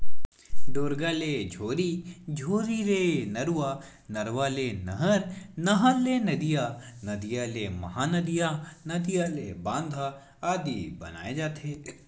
ढोरगा ले झोरी, झोरी ले नरूवा, नरवा ले नहर, नहर ले नदिया, नदिया ले महा नदिया, नदिया ले बांध आदि बनाय जाथे